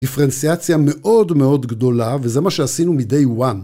‫דיפרנציאציה מאוד מאוד גדולה, ‫וזה מה שעשינו מday1.